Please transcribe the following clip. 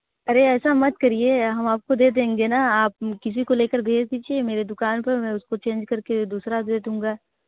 अरे ऐसा मत करिए हम आप को दे देंगे ना आप किसी को लेकर भेज दीजिए मेरे दुकान पर मैं उस को चेंज कर के दूसरा दे दूँगा